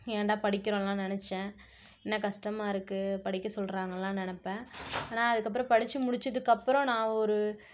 ஏன்டா படிக்குறோன்னுலாம் நெனச்சேன் என்ன கஷ்டமாக இருக்குது படிக்க சொல்கிறாங்கன்லாம் நினப்பேன் ஆனா அதுக்கப்புறம் படிச்சு முடிச்சதுக்கப்புறம் நான் ஒரு